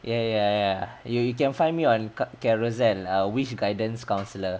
ya ya ya you you can find me on carousell lah wish guidance counsellor